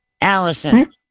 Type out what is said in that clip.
Allison